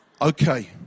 Okay